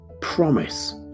promise